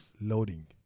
loading